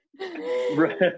Right